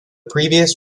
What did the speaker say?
previous